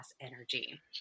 energy